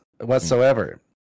whatsoever